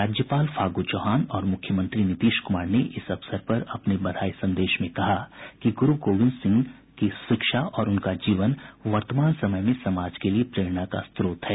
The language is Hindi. राज्यपाल फागू चौहान और मुख्यमंत्री नीतीश कुमार ने इस अवसर पर अपने बधाई संदेश में कहा कि गुरू गोविंद सिंह की शिक्षा और उनका जीवन वर्तमान समय में समाज के लिए प्रेरणा का स्त्रोत है